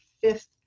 fifth